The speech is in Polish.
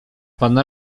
pan